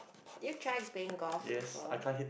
did you try playing golf before